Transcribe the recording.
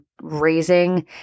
raising